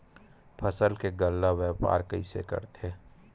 फसल के गल्ला व्यापार कइसे करथे?